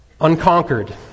Unconquered